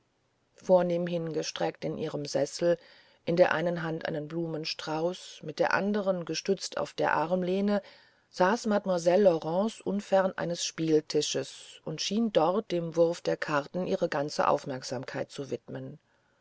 vornehm hingestreckt in ihrem sessel in der einen hand einen blumenstrauß mit der anderen gestützt auf der armlehne saß mademoiselle laurence unfern eines spieltisches und schien dort dem wurf der karten ihre ganze aufmerksamkeit zu widmen